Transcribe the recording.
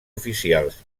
oficials